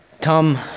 Tom